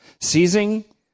Seizing